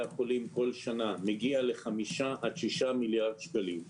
החולים בכל שנה מגיע ל-6-5 מיליארד שקלים,